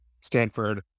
stanford